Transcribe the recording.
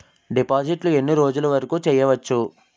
డిపాజిట్లు ఎన్ని రోజులు వరుకు చెయ్యవచ్చు?